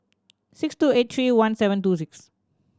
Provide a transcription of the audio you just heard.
six two eight three one seven two six